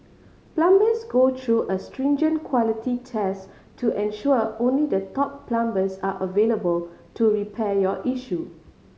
plumbers go through a stringent quality test to ensure only the top plumbers are available to repair your issue